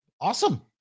Awesome